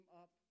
up